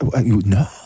No